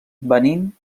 benín